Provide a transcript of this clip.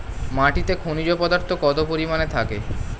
মাটিতে খনিজ পদার্থ কত পরিমাণে থাকে?